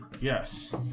Yes